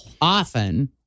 often